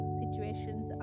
situations